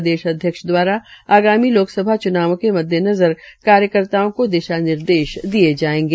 प्रदेश अध्यक्ष द्वारा आगामी लोकसभा च्नावओं के मददेनज़र कार्यकर्ताओं को दिशा निर्देश दिये जायेंगे